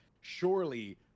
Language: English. surely